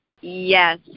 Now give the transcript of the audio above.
Yes